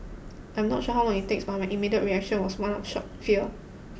I am not sure how long it takes but my immediate reaction was one of shock fear